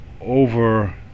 over